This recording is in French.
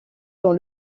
dans